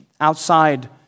outside